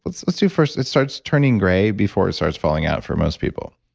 let's let's do first, it starts turning gray before it starts falling out for most people.